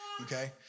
Okay